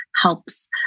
helps